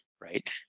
right